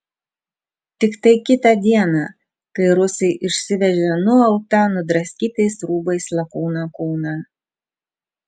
tiktai kitą dieną kai rusai išsivežė nuautą nudraskytais rūbais lakūno kūną